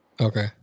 Okay